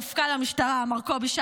הממשלה מעכב או לא רוצה לשחרר את החטופים,